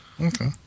Okay